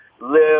live